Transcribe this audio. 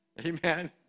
Amen